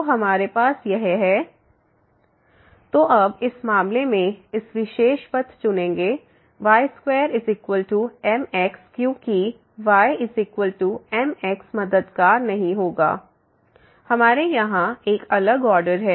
तो हमारे पास fxyx4y4x2y43xy≠00 0xy00 तो अब इस मामले में हम विशेष पथ चुनेंगे y2mx क्योंकि ymx मददगार नहीं होगा हमारे यहां एक अलग ऑर्डर है